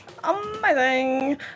amazing